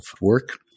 work